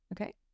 okay